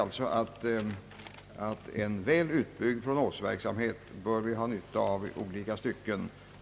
gens revisorer, vilka senare efter verkställd granskning av stiftelsens verksamhet och förvaltning avgivit i memorialet införd revisionsberättelse.